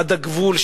עד הגבול,